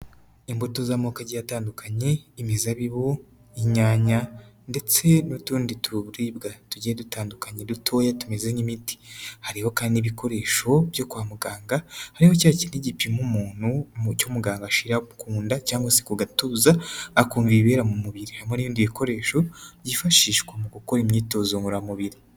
Imbuto z'amoko agiye atandukanye, imizabibu, inyanya ndetse n'utundi tuburibwa tugiye dutandukanye dutoya tumeze nk'imiti, hariho kandi n'ibikoresho byo kwa muganga, hariho cya kindi gipima umuntu, icyo muganga ashira ku nda cyangwa se ku gatuza akumva ibibera mu mubiri, hari n'ibindi bikoresho byifashishwa mu gukora imyitozo ngororamubiri.